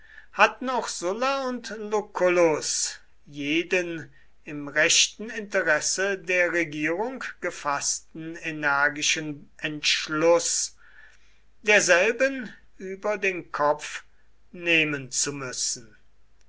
hatten auch sulla und lucullus jeden im rechten interesse der regierung gefaßten energischen entschluß derselben über den kopf nehmen zu müssen